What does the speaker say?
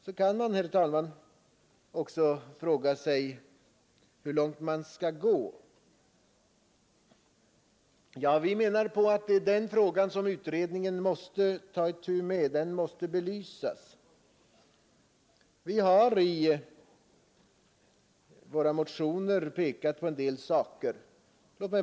Vidare kan man fråga sig hur långt man skall gå i detta fall. Vi menar att det är just den frågan som utredningen måste ta itu med och belysa. Vi har i våra motioner pekat på en del saker.